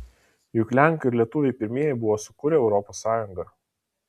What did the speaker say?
juk lenkai ir lietuviai pirmieji buvo sukūrę europos sąjungą